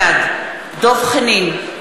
בעד דב חנין,